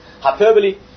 hyperbole